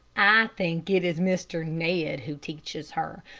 think it is mr. ned who teaches her,